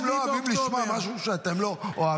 --- אתם לא יודעים לשמוע משהו שאתם לא אוהבים.